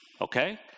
okay